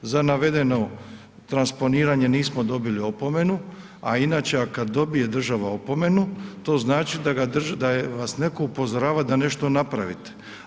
Za navedeno transponiranje nismo dobili opomenu, a inače kada država dobije opomenu to znači da vas netko upozorava da nešto napravite.